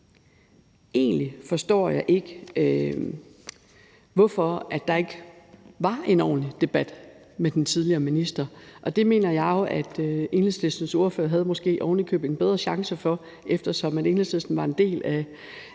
egentlig forstår jeg ikke, hvorfor der ikke var en ordentlig debat om det med den tidligere minister. Det mener jeg jo at Enhedslistens ordfører måske ovenikøbet havde en bedre chance for at skabe en debat om, eftersom Enhedslisten var en del af